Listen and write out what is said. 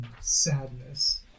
Sadness